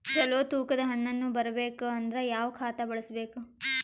ಚಲೋ ತೂಕ ದ ಹಣ್ಣನ್ನು ಬರಬೇಕು ಅಂದರ ಯಾವ ಖಾತಾ ಬಳಸಬೇಕು?